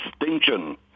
extinction